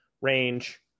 range